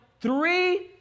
three